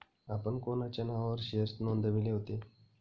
आपण कोणाच्या नावावर शेअर्स नोंदविले होते?